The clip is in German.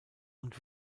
und